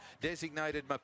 Designated